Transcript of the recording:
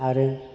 आरो